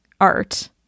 art